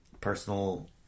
personal